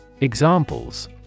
Examples